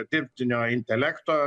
dirbtinio intelekto